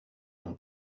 l’on